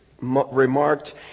remarked